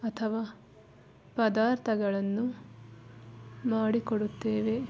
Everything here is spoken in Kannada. ಅಥವಾ ಪದಾರ್ಥಗಳನ್ನು ಮಾಡಿಕೊಡುತ್ತೇವೆ